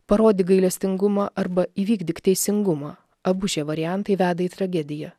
parodyk gailestingumą arba įvykdyk teisingumą abu šie variantai veda į tragediją